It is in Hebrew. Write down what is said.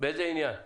בעניין הזה.